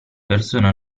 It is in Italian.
persona